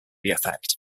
effect